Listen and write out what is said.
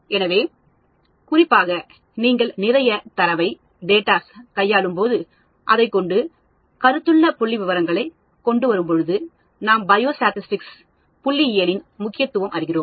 எனவே குறிப்பாக நீங்கள் நிறைய தரவைக் கையாளும் போது அதைக்கொண்டு கருத்துள்ள புள்ளிவிவரங்களை கொண்டு வரும்பொழுது நாம் பயஸ்டதிஸ்டீஸ் முக்கியத்துவம் அறிகிறோம்